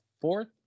fourth